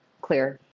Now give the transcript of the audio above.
clear